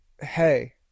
hey